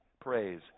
praise